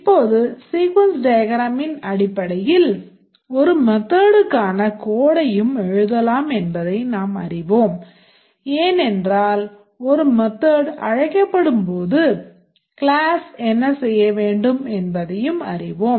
இப்போது sequence diagramமின் அடிப்படையில் ஒரு methodக்கான codeடையும் எழுதலாம் என்பதை நாம் அறிவோம் ஏனென்றால் ஒரு method அழைக்கப்படும் போது கிளாஸ் என்ன செய்யவேண்டும் என்பதயும் அறிவோம்